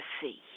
see